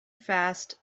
fast